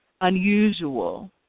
unusual